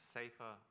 safer